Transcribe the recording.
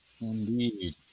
indeed